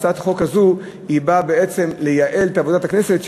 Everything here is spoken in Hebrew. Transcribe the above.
הצעת החוק הזאת באה לייעל את עבודת הכנסת,